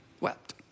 wept